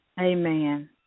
Amen